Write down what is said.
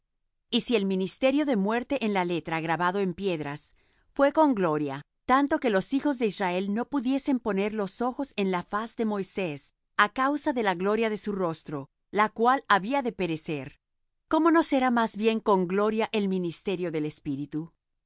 y si el ministerio de muerte en la letra grabado en piedras fué con gloria tanto que los hijos de israel no pudiesen poner los ojos en la faz de moisés á causa de la gloria de su rostro la cual había de perecer cómo no será más bien con gloria el ministerio del espíritu